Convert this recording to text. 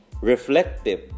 reflective